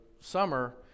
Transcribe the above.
summer